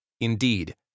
Indeed